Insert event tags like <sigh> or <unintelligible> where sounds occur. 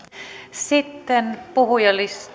sitten puhujalistalta <unintelligible>